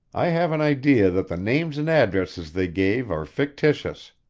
i have an idea that the names and addresses they gave are fictitious.